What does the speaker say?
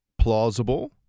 Plausible